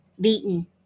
beaten